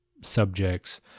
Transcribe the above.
subjects